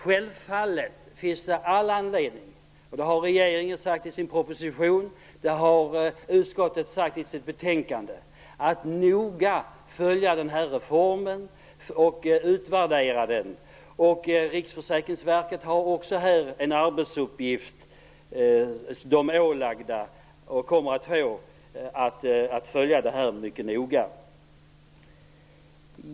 Självfallet finns det all anledning - det har regeringen sagt i sin proposition, och det har utskottet sagt i sitt betänkande - att noga följa den här reformen och utvärdera den. Riksförsäkringsverket har också här ålagt en arbetsuppgift och kommer att följa det här mycket noga.